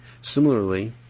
Similarly